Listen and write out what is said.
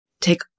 Take